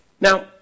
Now